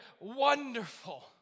wonderful